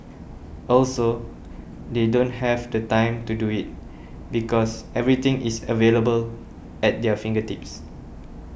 also they don't have the time to do it because everything is available at their fingertips